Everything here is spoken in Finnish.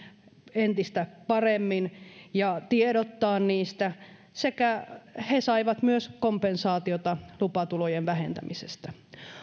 entistä paremmin ja tiedottaa niistä he saivat myös kompensaatiota lupatulojen vähentämisestä